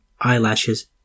eyelashes